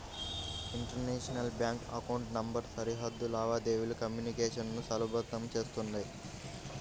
international bank account number సరిహద్దు లావాదేవీల communication ను సులభతరం చేత్తుంది